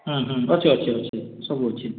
ହଁ ହଁ ଅଛେ ଅଛେ ଅଛେ ସବୁ ଅଛେ